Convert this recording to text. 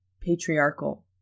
patriarchal